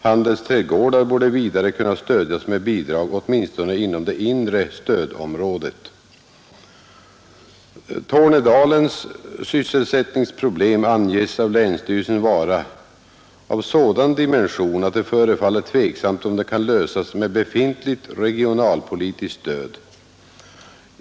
Handelsträdgårdar borde vidare kunna stödjas med bidrag åtminstone inom det inre stödområdet. Tornedalens sysselsättningsproblem anges av länsstyrelsen vara av sådan dimension att det förefaller tveksamt om det kan lösas med befintligt regionalpolitiskt stöd.